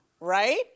Right